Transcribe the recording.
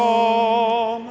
for